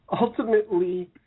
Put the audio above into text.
ultimately